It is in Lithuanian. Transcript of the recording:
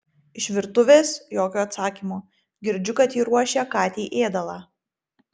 iš virtuvės jokio atsakymo girdžiu kad ji ruošia katei ėdalą